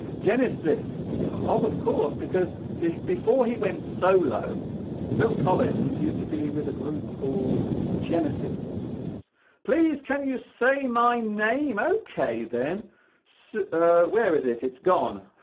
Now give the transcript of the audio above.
genesis oh of course because before before he went solo phil collins used to be with a group called genesis please can you say my name okay then so where is it it's gone